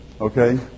okay